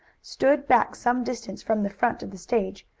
stood back some distance from the front of the stage.